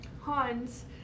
Hans